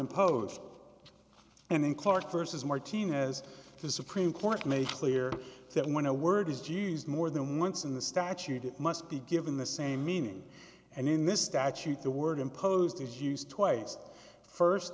imposed and then clark versus martin as the supreme court makes clear that when a word is used more than once in the statute it must be given the same meaning and in this statute the word imposed is used twice